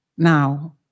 Now